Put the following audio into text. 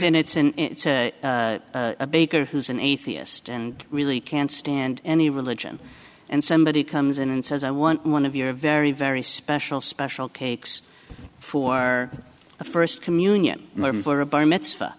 it's a baker who's an atheist and really can't stand any religion and somebody comes in and says i want one of your very very special special cakes for a first communion for a bar mitzvah